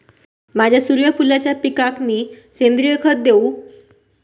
माझ्या सूर्यफुलाच्या पिकाक मी सेंद्रिय खत देवू?